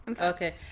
okay